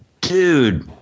dude